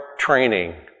Training